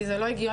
כי זה לא הגיוני,